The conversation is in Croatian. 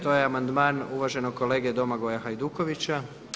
To je amandman uvaženog kolege Domagoja Hajdukovića.